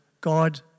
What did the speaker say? god